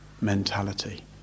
mentality